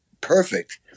perfect